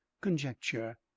conjecture